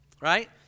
Right